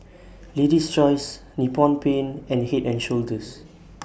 Lady's Choice Nippon Paint and Head and Shoulders